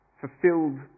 fulfilled